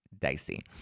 dicey